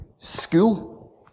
school